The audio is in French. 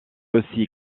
aussi